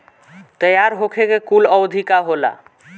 तैयार होखे के कूल अवधि का होला?